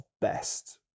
best